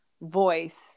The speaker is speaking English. voice